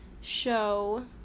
show